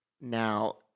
Now